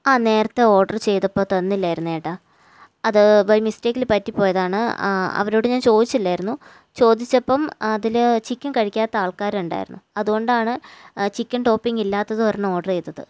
ആ നേരത്തെ ഓര്ഡര് ചെയ്തപ്പോൾ തന്നില്ലായിരുന്നു ഏട്ടാ അത് ബൈ മിസ്റ്റെയ്ക്കില് പറ്റിപ്പോയതാണ് ആ അവരോട് ഞാന് ചോദിച്ചില്ലായിരുന്നു ചോദിച്ചപ്പം അതില് ചിക്കന് കഴിക്കാത്ത ആള്ക്കാരുണ്ടായിരുന്നു അതുകൊണ്ടാണ് ചിക്കന് ടോപ്പിംഗ് ഇല്ലാത്തത് ഒരെണ്ണം ഓര്ഡറ് ചെയ്തത്